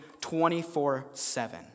24-7